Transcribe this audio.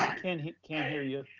can't hear you.